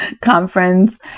conference